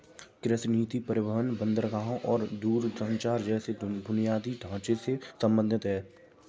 कृषि नीति परिवहन, बंदरगाहों और दूरसंचार जैसे बुनियादी ढांचे से संबंधित है